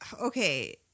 okay